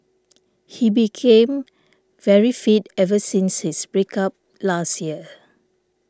he became very fit ever since his break up last year